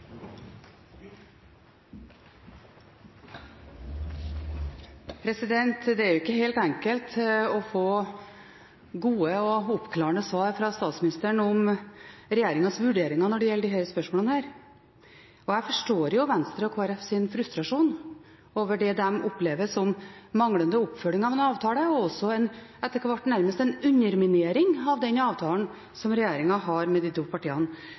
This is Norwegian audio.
ikke helt enkelt å få gode og oppklarende svar fra statsministeren om regjeringens vurderinger når det gjelder disse spørsmålene. Jeg forstår Venstre og Kristelig Folkepartis frustrasjon over det de opplever som manglende oppfølging av en avtale og etter hvert nærmest en underminering av den avtalen som regjeringen har med de to partiene.